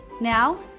Now